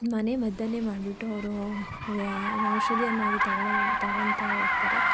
ಮನೆ ಮದ್ದನ್ನೇ ಮಾಡಿಬಿಟ್ಟು ಅವರು ವ್ಯ ಏನು ಔಷಧಿಯನ್ನಾಗಿ ತಗೊಳ್ಳದೆ ತಗೊತಾ ಹೋಗ್ತಾರೆ